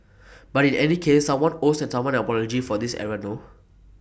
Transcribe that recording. but in any case someone owes someone an apology for this error no